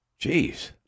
Jeez